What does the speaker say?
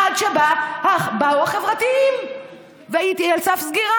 עד שבאו החברתיים והיא על סף סגירה,